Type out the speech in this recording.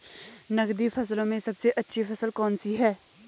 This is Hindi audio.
नकदी फसलों में सबसे अच्छी फसल कौन सी है?